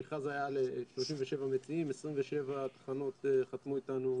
המכרז היה על 37 מציעים, 27 תחנות חתמו איתנו,